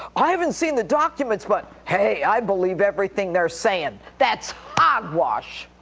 i haven't seen the documents, but hey i believe everything they're saying. that's hogwash.